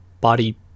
body